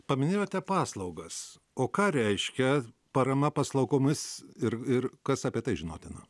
paminėjote paslaugas o ką reiškia parama paslaugomis ir ir kas apie tai žinotina